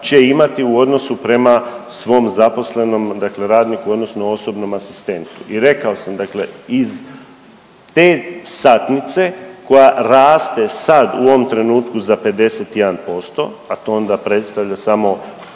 će imati u odnosu prema svom zaposlenom dakle radniku odnosno osobnom asistentu. I rekao sam dakle iz te satnice koja raste sad u ovom trenutku za 51%, a to onda predstavlja samo